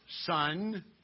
Son